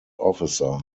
officer